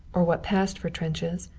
or what passed for trenches,